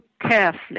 carefully